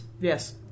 Yes